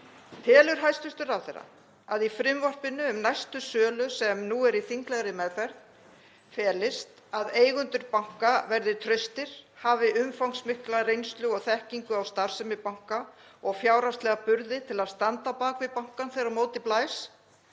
Telur hæstv. ráðherra að í frumvarpinu um næstu sölu, sem nú er í þinglegri meðferð, felist að eigendur banka verði traustir, hafi umfangsmikla reynslu og þekkingu á starfsemi banka og fjárhagslega burði til að standa á bak við bankann þegar á móti blæs